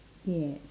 ya